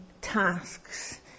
tasks